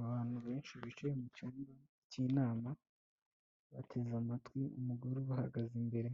Abantu benshi bicaye mu cyumba cy'inama, bateze amatwi umugore ubahagaze imbere,